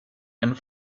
and